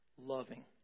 loving